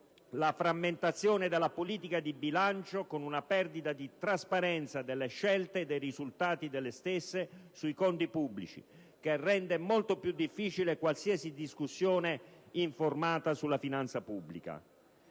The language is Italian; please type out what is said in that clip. la frammentazione della politica di bilancio, con una perdita di trasparenza delle scelte e dei risultati delle stesse sui conti pubblici che rende molto più difficile qualsiasi discussione informata sulla finanza pubblica.